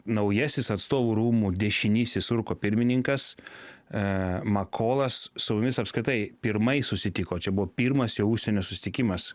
naujasis atstovų rūmų dešinysis ruko pirmininkas e makolas su mumis apskritai pirmai susitiko čia buvo pirmas jo užsienio susitikimas